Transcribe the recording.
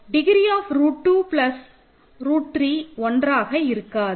degree of root 2 plus root 3 1ஆக இருக்காது